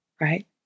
right